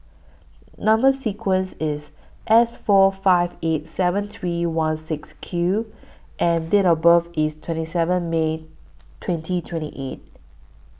Number sequence IS S four five eight seven three one six Q and Date of birth IS twenty seven May twenty twenty eight